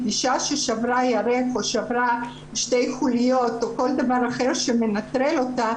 אישה ששברה ירך או שברה שתי חוליות או כל דבר אחר שמנטרל אותה,